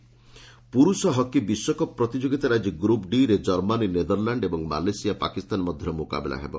hockey ପୁରୁଷ hockey ବିଶ୍ୱକପ୍ ପ୍ରତିଯୋଗିତାରେ ଆଜି ଗ୍ରୁପ୍ ଡିରେ ଜର୍ମାନୀ ନେଦରଲାଣ୍ଡକୁ ଏବଂ ମାଲେସିଆ ପାକିସ୍ତାନ ସହ ମୁକାବିଲା କରିବ